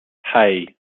hey